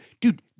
dude